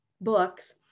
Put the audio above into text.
books